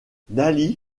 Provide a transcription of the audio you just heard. dalí